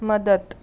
मदत